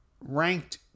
ranked